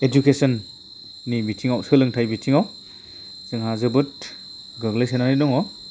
एडुकेसननि बिथिंआव सोलोंथाय बिथिंआव जोंहा जोबोद गोग्लैसोनानै दङ